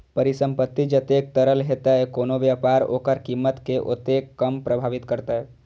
परिसंपत्ति जतेक तरल हेतै, कोनो व्यापार ओकर कीमत कें ओतेक कम प्रभावित करतै